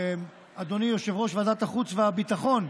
אדוני יושב-ראש ועדת החוץ והביטחון,